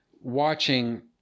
watching